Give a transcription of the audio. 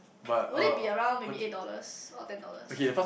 would it be around maybe eight dollars or ten dollars